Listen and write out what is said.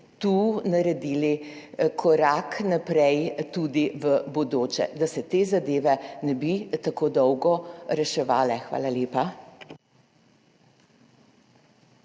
tu naredili korak naprej tudi v bodoče, da se te zadeve ne bi tako dolgo reševale. Hvala lepa.